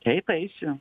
taip eisiu